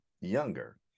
younger